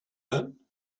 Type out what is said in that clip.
him